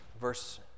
verse